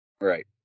Right